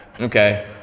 Okay